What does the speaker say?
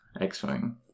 X-wing